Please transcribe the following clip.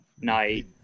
night